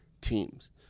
teams